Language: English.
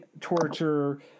torture